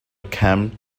came